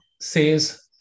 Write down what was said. says